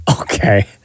Okay